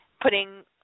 putting